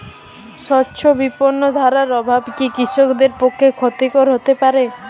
স্বচ্ছ বিপণন ধারণার অভাব কি কৃষকদের পক্ষে ক্ষতিকর হতে পারে?